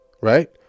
right